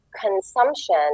consumption